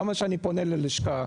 כמה שאני פונה ללשכה,